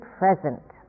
present